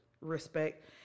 respect